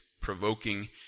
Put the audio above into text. provoking